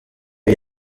iyi